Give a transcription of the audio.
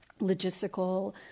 logistical